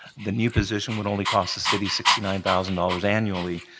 the new position would only cost the city sixty nine thousand dollars annually,